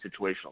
situational